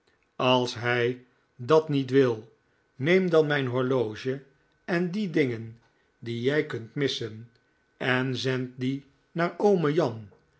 als hij dat niet wil neem dan mijn horloge en die dingen die jij kunt missen en zend die naar oome jan